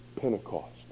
Pentecost